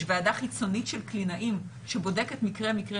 יש ועדה חיצונית של קלינאים שבודקת מקרה-מקרה